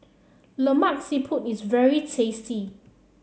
Lemak Siput is very tasty